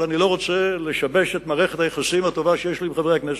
אבל אני לא רוצה לשבש את מערכת היחסים הטובה שיש לי עם חברי הכנסת.